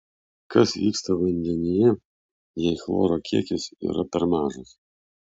kas vyksta vandenyje jei chloro kiekis yra per mažas